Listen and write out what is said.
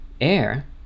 air